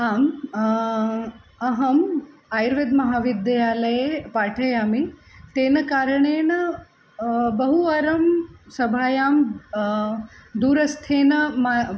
आम् अहम् आयुर्वेदमहाविद्यालये पाठयामि तेन कारणेन बहुवारं सभायां दूरस्थेन मम